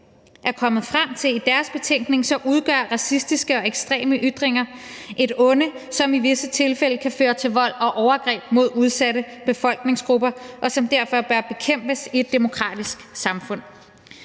er kommet frem til i deres betænkning, udgør racistiske og ekstreme ytringer et onde, som i visse tilfælde kan føre til vold og overgreb mod udsatte befolkningsgrupper, og som derfor bør bekæmpes i et demokratisk samfund.